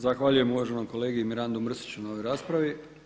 Zahvaljujem uvaženom kolegi Mirandi Mrsiću na ovoj raspravi.